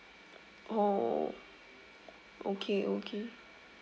oh okay okay